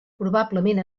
probablement